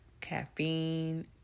caffeine